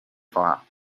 خواهم